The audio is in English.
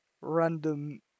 random